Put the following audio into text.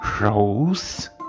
rose